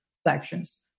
Sections